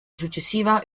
successiva